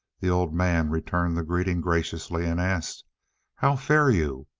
the old man returned the greeting graciously, and asked how fare you?